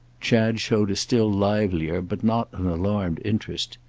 chad showed a still livelier, but not an alarmed interest.